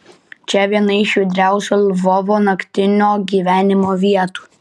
čia viena iš judriausių lvovo naktinio gyvenimo vietų